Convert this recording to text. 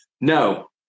No